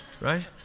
right